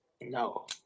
No